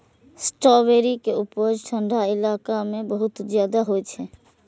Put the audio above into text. strawberry के उपज ठंढा इलाका मे बहुत ज्यादा होइ छै